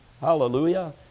hallelujah